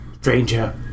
stranger